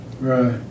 Right